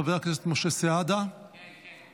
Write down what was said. חבר הכנסת משה סעדה, בבקשה.